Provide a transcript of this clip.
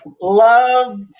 love